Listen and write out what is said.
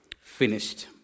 finished